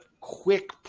quick